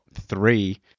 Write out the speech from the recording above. three